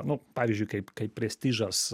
nu pavyzdžiui kaip kaip prestižas